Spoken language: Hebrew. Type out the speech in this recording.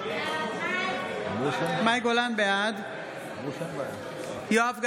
בעד יואב גלנט,